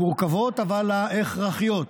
המורכבות, אבל ההכרחיות,